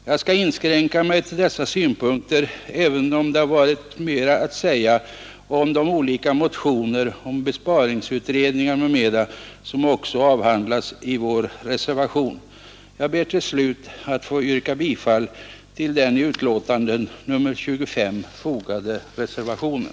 Jag skall inskränka mig till dessa synpunkter, även om det hade varit mera att säga om de olika motioner om besparingsutredning m.m. som också avhandlas i vår reservation. Jag ber till slut att få yrka bifall till den till betänkandet nr 25 fogade reservationen.